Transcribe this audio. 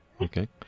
Okay